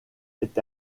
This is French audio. est